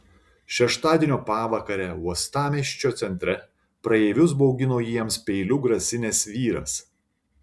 šeštadienio pavakarę uostamiesčio centre praeivius baugino jiems peiliu grasinęs vyras